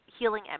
healing